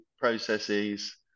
Processes